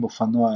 עם אופנוע אחד,